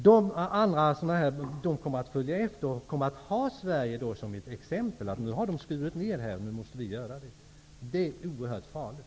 De kommer att ta Sverige som exempel och säga: Nu har Sverige skurit ned på biståndet, och nu måste vi göra det också. Det är oerhört farligt.